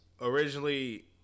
originally